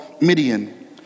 Midian